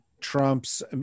Trump's